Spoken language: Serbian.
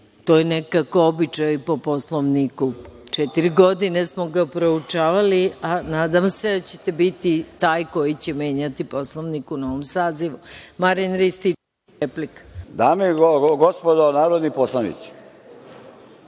To je nekako običaj po Poslovniku. Četiri godine smo ga proučavali, a nadam se da ćete biti taj koji će menjati Poslovnik u novom sazivu. Marijan Rističević, replika. **Marijan